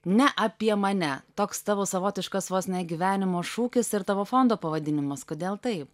ne apie mane toks tavo savotiškas vos ne gyvenimo šūkis ir tavo fondo pavadinimas kodėl taip